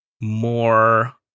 more